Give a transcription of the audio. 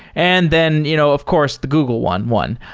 and then you know of course the google one won.